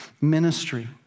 ministry